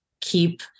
keep